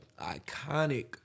iconic